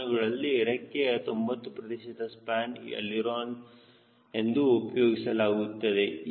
ವಿಮಾನಗಳಲ್ಲಿ ರೆಕ್ಕೆಯ 90 ಪ್ರತಿಶತ ಸ್ಪ್ಯಾನ್ ಎಳಿರೋನ ಎಂದು ಉಪಯೋಗಿಸಲಾಗುತ್ತದೆ